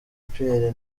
pierre